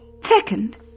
Second